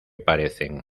parecen